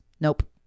nope